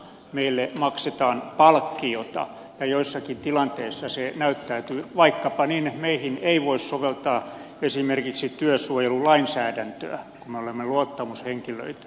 meille maksetaan palkkiota ja joissakin tilanteissa se näyttäytyy vaikkapa niin että meihin ei voi soveltaa esimerkiksi työsuojelulainsäädäntöä kun me olemme luottamushenkilöitä